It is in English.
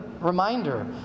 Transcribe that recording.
reminder